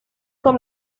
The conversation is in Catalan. com